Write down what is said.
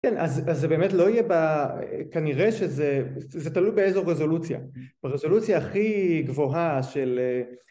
כן, אז זה באמת לא יהיה ב... כנראה שזה... זה תלוי באיזו רזולוציה. ברזולוציה הכי גבוהה של...